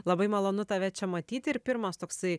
labai malonu tave čia matyt ir pirmas toksai